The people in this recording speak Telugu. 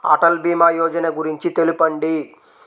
అటల్ భీమా యోజన గురించి తెలుపండి?